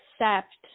accept